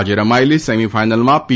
આજે રમાયેલી સેમીફાઇનલમાં પી